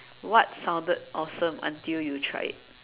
what sounded awesome until you tried it